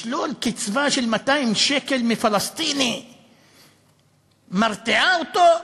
לשלול קצבה של 200 שקל מפלסטיני מרתיע אותו?